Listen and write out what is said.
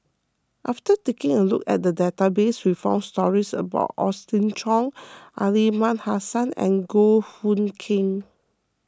after taking a look at the database we found stories about Austen Aliman Hassan and Goh Hood Keng